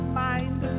mind